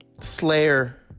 Slayer